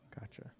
gotcha